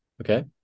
Okay